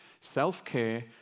Self-care